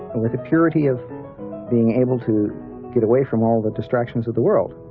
with the purity of being able to get away from all the distractions of the world,